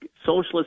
socialist